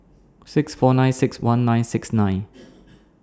six four nine six one nine six nine